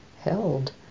held